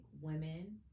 women